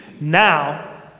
Now